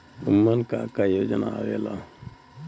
उमन का का योजना आवेला?